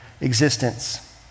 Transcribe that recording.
existence